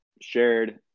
shared